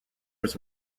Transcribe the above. his